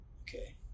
Okay